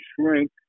shrink